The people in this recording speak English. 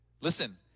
Listen